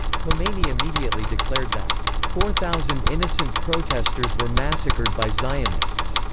khomeini immediately declared that four thousand innocent protesters were massacred by zionists,